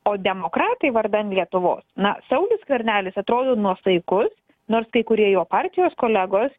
o demokratai vardan lietuvos na saulius skvernelis atrodo nuosaikus nors kai kurie jo partijos kolegos